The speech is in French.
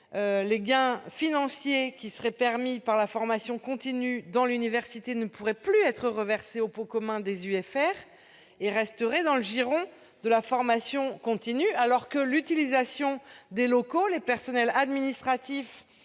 les gains financiers dégagés par la formation continue dans l'université ne pourraient plus être reversés au pot commun des UFR. Ils resteraient dans le giron de la formation continue, alors que les locaux, les personnels administratifs,